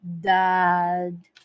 dad